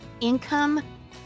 income